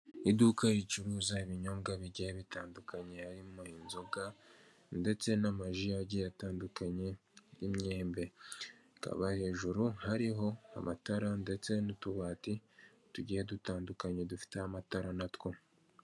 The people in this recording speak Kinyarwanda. Iduka ricuruza ibinyobwa bigiye bitandukanye, harimo inzoga ndetse n'amaji agiye atandukaye y'imyembe. Hakaba hejuru hariho amatara ndetse n'utubati tugiye dutandukanye, dufiteho amatara na two.